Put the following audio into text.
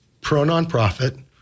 pro-nonprofit